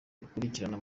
bikurikirana